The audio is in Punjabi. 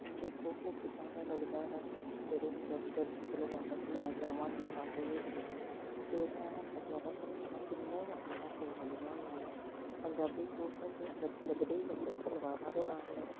ਹੁਣ ਦੇਖੋ ਉਹ ਕਿੱਦਾਂ ਦਾ ਲੱਗਦਾ ਹੈ ਜਦੋਂ ਹੁਣ ਦ ਦਰਜੀ ਕੋਲੋਂ ਵਾਪਿਸ ਲੈਣ ਜਾਵਾਂਗੀ ਪਾ ਕੇ ਦੇਖਦੀ ਹਾਂ ਫਿਰ ਮੈਂ ਹੁਣ ਪਟਿਆਲਾ ਸਲਵਾਰਾਂ ਕਿੰਨੀਆਂ ਹੀ ਆਪਣੀਆਂ ਸਵਾ ਲਈਆਂ ਹੋਈਆਂ ਨੇ ਪੰਜਾਬੀ ਸੂਟ ਤਾਂ ਫਿਰ ਲੱਗਦੇ ਹੀ ਵਧੀਆ ਸਲਵਾਰਾਂ ਦੇ ਨਾਲ ਨੇ